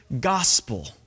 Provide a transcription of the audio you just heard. gospel